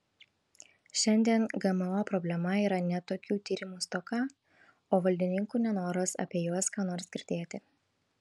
šiandien gmo problema yra ne tokių tyrimų stoka o valdininkų nenoras apie juos ką nors girdėti